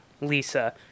Lisa